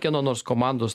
kieno nors komandos